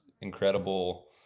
incredible